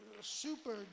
super